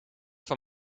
van